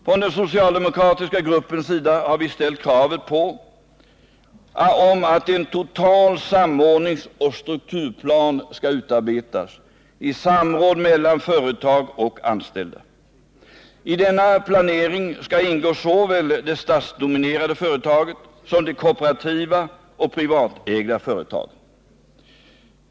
Från den socialdemokratiska gruppens sida har vi ställt kravet att en total samordningsoch strukturplan skall utarbetas i samråd mellan företag och anställda. I denna planering skall ingå såväl det statsdominerade företaget som de kooperativa och privatägda företagen.